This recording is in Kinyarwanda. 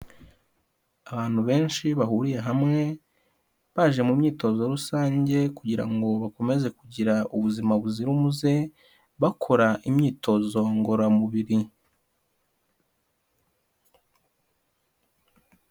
Abantu benshi bahuriye hamwe baje mu myitozo rusange kugira ngo bakomeze kugira ubuzima buzira umuze bakora imyitozo ngororamubiri.